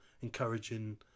encouraging